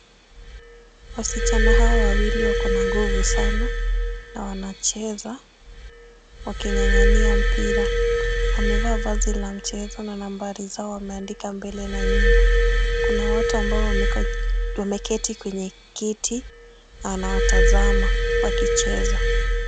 Wasichana hawa wawili wako na nguvu sana na wanacheza waking'eng'ania mpira. Wamevaa vazi la michezo na nambari zao wameandika mbele na nyuma. Kuna watu ambao wameketi kwenye kiti na wanawatazama wakicheza.